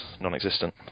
non-existent